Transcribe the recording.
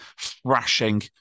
thrashing